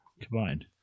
combined